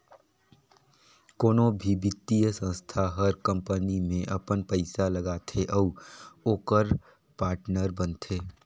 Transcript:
कोनो भी बित्तीय संस्था हर कंपनी में अपन पइसा लगाथे अउ ओकर पाटनर बनथे